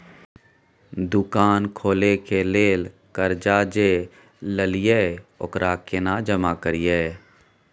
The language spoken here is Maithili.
दुकान खोले के लेल कर्जा जे ललिए ओकरा केना जमा करिए?